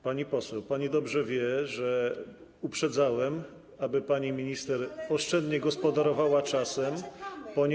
Pani poseł, pani dobrze wie, że uprzedzałem, aby pani minister oszczędnie gospodarowała czasem.